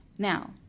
Now